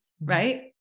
right